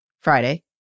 Friday